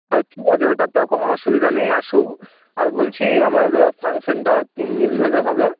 হ্যাঁ ঠিক আছে ওইটাতেও কোনো অসুবিধা নেই আর বলছি আমার ফাংশানটা তিনদিন ধরে হবে